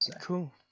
Cool